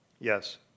Yes